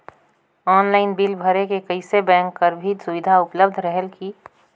Online bill भरे से कइसे बैंक कर भी सुविधा उपलब्ध रेहेल की?